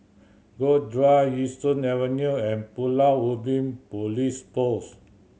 Grove Drive Yishun Avenue and Pulau Ubin Police Post